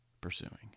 pursuing